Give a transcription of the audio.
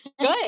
Good